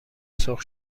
سرخ